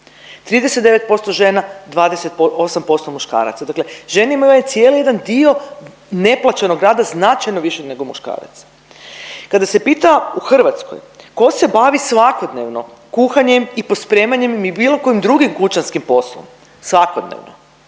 39% žena, 28% muškaraca, dakle žene imaju ovaj cijeli jedan dio neplaćenog rada značajno više nego muškaraca. Kada se pita u Hrvatskoj ko se bavi svakodnevno kuhanjem i pospremanjem i bilo kojim drugim kućanskim poslom svakodnevno